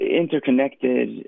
interconnected